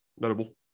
notable